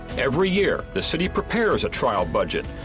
every year, the city prepares a trial budget.